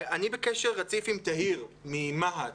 אני בקשר רציף עם תאיר ממה"ט,